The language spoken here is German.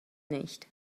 nicht